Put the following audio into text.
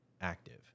active